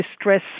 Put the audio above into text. stress